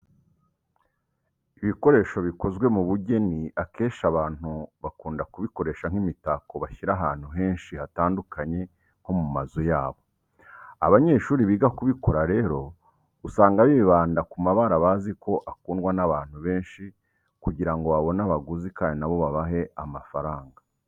Ibikoresho bikozwe mu bugeni akenshi abantu bakunda kubikoresha nk'imitako bashyira ahantu henshi hatandukanye nko mu mazu yabo. Abanyeshuri biga kubikora rero usanga bibanda ku mabara bazi ko akundwa n'abantu benshi kugira ngo babone abaguzi kandi na bo babahe amafaranga.